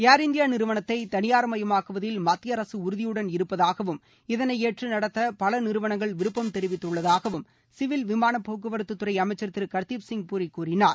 Air India நிறுவனத்தை தனியார் மயமாக்குவதில் மத்திய அரசு உறுதியுடன் இருப்பதாகவும் இதனை ஏற்று நடத்த பல நிறுவனங்கள் விருப்பம் தெரிவித்துள்ளதாகவும் சிவில் விமான போக்குவரத்துத் துறை அமைச்சர் திரு ஹர்திப் சிங் பூரி கூறினார்